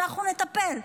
ואנחנו נטפל.